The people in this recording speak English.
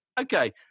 Okay